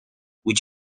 which